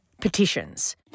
petitions